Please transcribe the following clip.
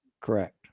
correct